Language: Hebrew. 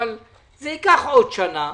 אבל זה ייקח עוד שנה,